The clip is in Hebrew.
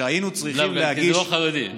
כשהיינו צריכים להגיש, בגלל שזה לא חרדים.